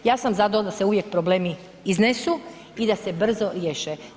Ja sam za to da se uvijek problemi iznesu i da se brzo riješe.